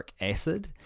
acid